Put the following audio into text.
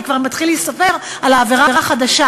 כי הזמן כבר מתחיל להיספר על העבירה החדשה.